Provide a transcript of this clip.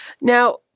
Now